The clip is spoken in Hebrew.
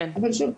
אבל שוב,